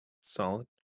Solid